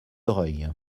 reuil